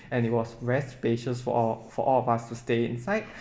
and it was very spacious for all for all of us to stay inside